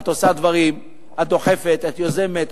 את עושה דברים, את דוחפת, את יוזמת.